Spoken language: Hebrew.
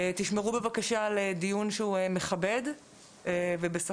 תשמרו בבקשה על דיון מכבד ובשפה